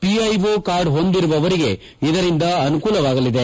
PIO card ಹೊಂದಿರುವವರಿಗೆ ಇದರಿಂದ ಅನುಕೂಲವಾಗಲಿದೆ